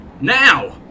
Now